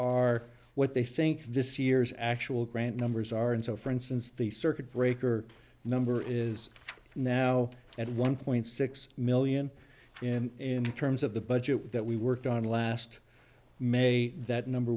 are what they think this year's actual grand numbers are and so for instance the circuit breaker number is now at one point six million in terms of the budget that we worked on last may that number